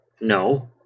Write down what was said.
No